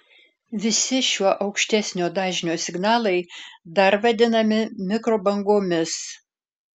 visi šiuo aukštesnio dažnio signalai dar vadinami mikrobangomis